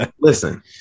Listen